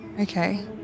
Okay